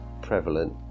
prevalent